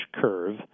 curve